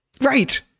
right